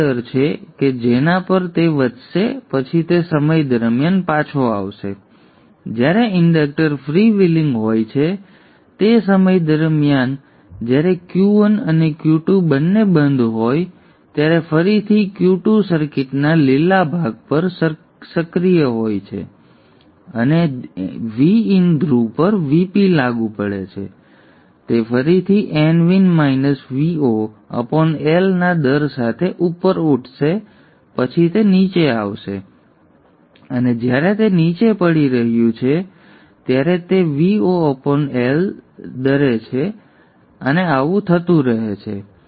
તેથી તે દર છે કે જેના પર તે વધશે પછી તે સમય દરમિયાન પાછો આવશે જ્યારે ઇન્ડક્ટર ફ્રીવ્હીલિંગ હોય છે અને તે સમય દરમિયાન જ્યારે Q1 અને Q2 બંને બંધ હોય છે ત્યારે ફરીથી Q2 સર્કિટના લીલા ભાગ પર સક્રિય હોય છે અને Vin ધ્રુવ Vp પર લાગુ પડે છે અને તે ફરીથી nVin -Vo L ના દર સાથે ઉપર ઉઠશે પછી તે નીચે આવશે અને જ્યારે તે નીચે પડી રહ્યું છે ત્યારે તે Vo L દરે છે અને આવું થતું રહે છે